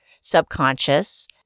subconscious